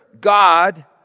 God